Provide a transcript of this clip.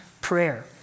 prayer